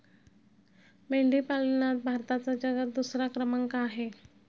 मेंढी पालनात भारताचा जगात दुसरा क्रमांक आहे